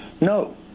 no